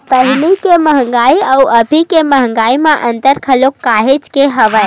पहिली के मंहगाई अउ अभी के मंहगाई म अंतर घलो काहेच के हवय